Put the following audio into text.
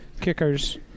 kickers